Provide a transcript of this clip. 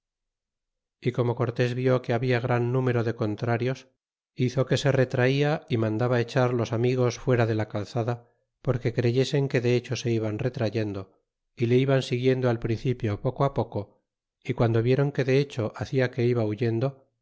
y como cortes viú que habia gran número de contrarios hizo que se retraia y mandaba echar los amigos fuera de la calzada porque creyesen que de hecho se iban retrayendo y le iban siguiendo al principio poco poco y guando vieron que de hecho hacia que iba huyendo